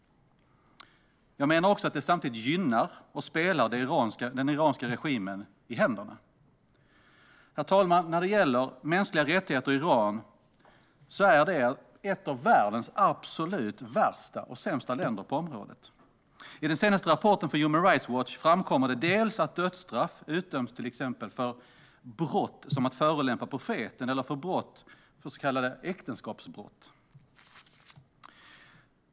Jag menar också att det samtidigt gynnar och spelar den iranska regimen i händerna. Herr talman! När det gäller mänskliga rättigheter är Iran ett av världens absolut värsta och sämsta länder på området. I den senaste rapporten från Human Rights Watch framkommer det att dödsstraff utdöms för till exempel brott som att förolämpa profeten eller för så kallade äktenskapsbrott.